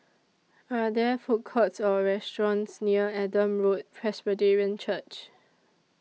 Are There Food Courts Or restaurants near Adam Road Presbyterian Church